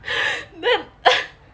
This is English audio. then